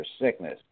sickness